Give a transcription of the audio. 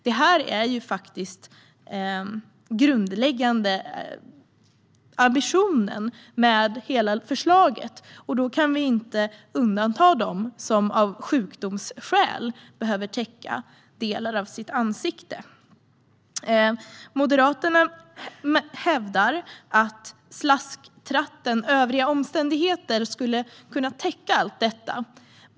Detta är den grundläggande ambitionen med hela förslaget, och då kan vi inte undanta dem som av sjukdomsskäl behöver täcka delar av sitt ansikte. Moderaterna hävdar att slasktratten "övriga omständigheter" skulle kunna täcka allt detta.